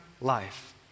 life